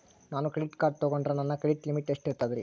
ನಾನು credit card ತೊಗೊಂಡ್ರ ನನ್ನ ಕ್ರೆಡಿಟ್ ಲಿಮಿಟ್ ಎಷ್ಟ ಇರ್ತದ್ರಿ?